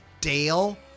Dale